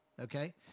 Okay